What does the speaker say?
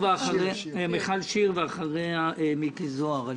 מיכל שיר, ואחריה מיקי זוהר.